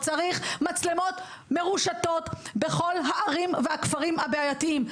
אלא מצלמות מרושתות בכל הערים והכפרים הבעייתיים,